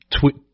Tweet